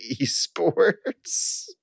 esports